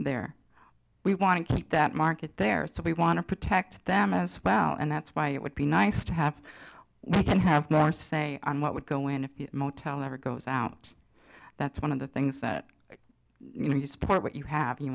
there we want to keep that market there so we want to protect them as well and that's why it would be nice to have we can have more say on what would go into a motel never goes out that's one of the things that you know you support what you have you